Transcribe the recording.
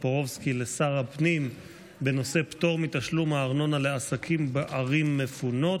טופורובסקי לשר הפנים בנושא: פטור מתשלום הארנונה לעסקים בערים מפונות.